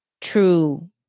True